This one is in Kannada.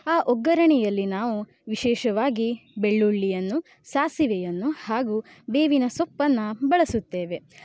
ಆ ಒಗ್ಗರಣೆಯಲ್ಲಿ ನಾವು ವಿಶೇಷವಾಗಿ ಬೆಳ್ಳುಳ್ಳಿಯನ್ನು ಸಾಸಿವೆಯನ್ನು ಹಾಗೂ ಬೇವಿನ ಸೊಪ್ಪನ್ನು ಬಳಸುತ್ತೇವೆ